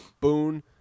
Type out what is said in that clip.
boone